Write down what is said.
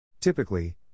Typically